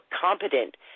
competent